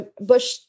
Bush